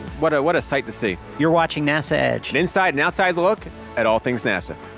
what a what a sight to see. you're watching nasa edge. an inside and outside look at all things nasa.